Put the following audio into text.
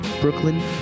Brooklyn